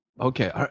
Okay